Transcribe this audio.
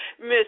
Miss